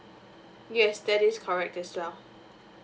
yes that is correct as well